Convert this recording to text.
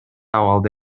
абалда